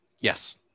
Yes